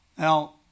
Now